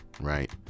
Right